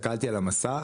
הסתכלתי על המסך,